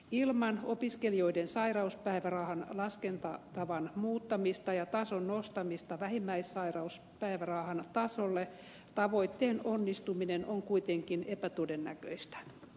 ilman opiskelijoiden sairauspäivärahan laskentatavan muuttamista ja tason nostamista vähimmäissairauspäivärahan tasolle tavoitteen onnistuminen on kuitenkin epätodennäköistä